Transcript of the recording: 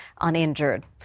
uninjured